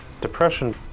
Depression